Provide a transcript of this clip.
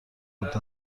مدت